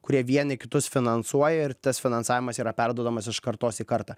kurie vieni kitus finansuoja ir tas finansavimas yra perduodamas iš kartos į kartą